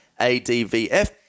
ADVF